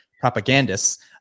propagandists